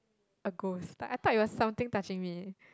a ghost like I thought it was something touching me